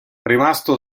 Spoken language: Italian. rimasto